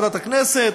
בוועדת הכנסת,